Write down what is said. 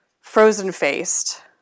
frozen-faced